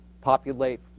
populate